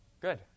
Good